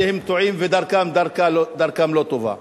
שהם טועים ודרכם לא טובה,